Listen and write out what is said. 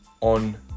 on